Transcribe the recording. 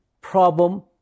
problem